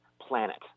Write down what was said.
planet